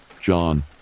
John